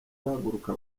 bahaguruka